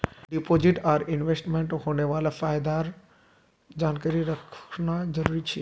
deposit आर इन्वेस्टमेंटत होने वाला फायदार जानकारी रखना जरुरी छे